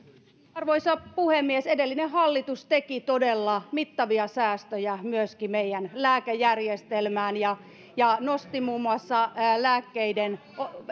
arvoisa puhemies edellinen hallitus teki todella mittavia säästöjä myöskin meidän lääkejärjestelmäämme ja ja nosti muun muassa lääkkeiden